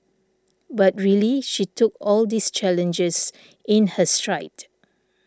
but really she took all these challenges in her stride